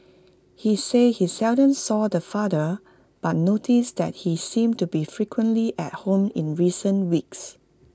he said he seldom saw the father but noticed that he seemed to be frequently at home in recent weeks